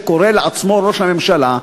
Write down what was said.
שקורא לעצמו ראש הממשלה,